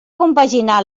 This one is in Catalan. compaginar